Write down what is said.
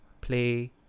play